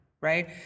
right